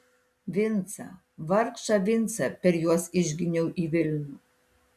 vincą vargšą vincą per juos išginiau į vilnių